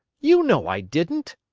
you know i didn't!